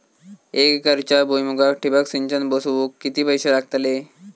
एक एकरच्या भुईमुगाक ठिबक सिंचन बसवूक किती पैशे लागतले?